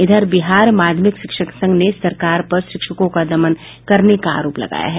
इधर बिहार माध्यमिक शिक्षक संघ ने सरकार पर शिक्षकों का दमन करने का अरोप लगाया है